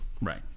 Right